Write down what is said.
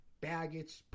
baggage